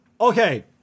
okay